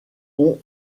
ont